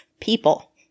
people